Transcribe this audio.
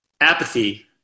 apathy